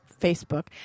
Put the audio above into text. Facebook